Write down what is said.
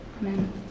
Amen